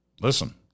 listen